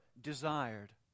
desired